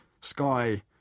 Sky